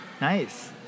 Nice